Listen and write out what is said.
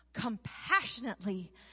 compassionately